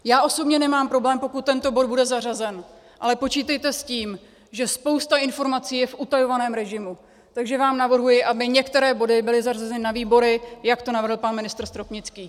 Já osobně nemám problém, pokud tento bod bude zařazen, ale počítejte s tím, že spousta informací je v utajovaném režimu, takže vám navrhuji, aby některé body byly zařazeny na výbory, jak to navrhl pan ministr Stropnický.